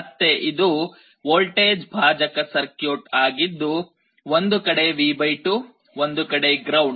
ಮತ್ತೆ ಇದು ವೋಲ್ಟೇಜ್ ಭಾಜಕ ಸರ್ಕ್ಯೂಟ್ ಆಗಿದ್ದು ಒಂದು ಕಡೆ V 2 ಒಂದು ಕಡೆ ಗ್ರೌಂಡ್